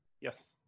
Yes